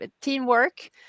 teamwork